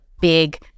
big